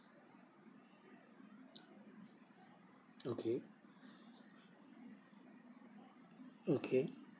okay okay